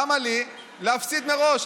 למה לי להפסיד מראש?